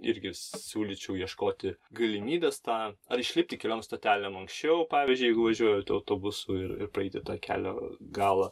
irgi siūlyčiau ieškoti galimybės tą ar išlipti keliom stotelėm anksčiau pavyzdžiui jeigu važiuojate autobusu ir ir praeiti tą kelio galą